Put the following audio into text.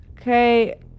okay